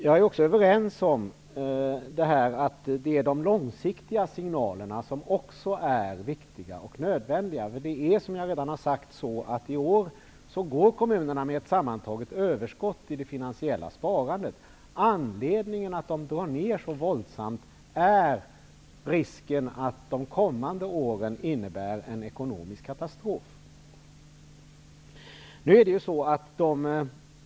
Jag håller med om att även de långsiktiga signalerna är viktiga och nödvändiga. Som jag redan tidigare har sagt har kommunerna i år sammantaget ett överskott i det finansiella sparandet. Anledningen till att de drar ned så våldsamt är risken att de kommande åren innebär en ekonomisk katastrof.